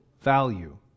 value